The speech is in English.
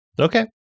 Okay